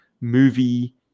movie